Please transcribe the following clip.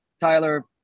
Tyler